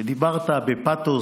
ודיברת בפתוס